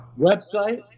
website